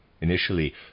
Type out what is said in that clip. initially